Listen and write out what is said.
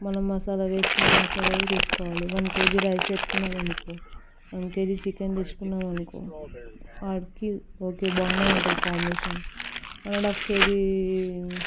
మనం మసాలా వేసుకున్న మసాలాలు తీసుకోవాలి వన్ కేజీ రైస్ పెట్టుకున్నాము అనుకో వన్ కేజీ చికెన్ తీసుకున్నామనుకో ఓకే బాగానే ఉంటుంది combination one and half KG